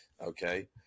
Okay